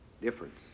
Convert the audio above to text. difference